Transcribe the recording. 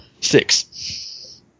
six